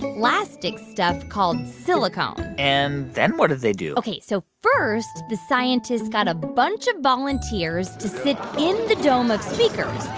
plastic stuff called silicone and then what did they do? ok. so first, the scientists got a bunch of volunteers to sit in the dome of speakers.